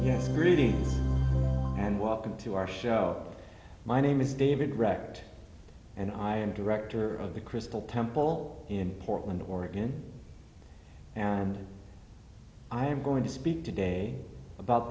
yes reading and welcome to our show my name is david wrecked and i am director of the crystal temple in portland oregon and i am going to speak today about